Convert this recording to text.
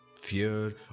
Fear